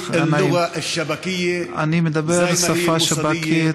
אני מדבר שפה שב"כית,